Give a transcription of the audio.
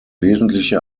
wesentliche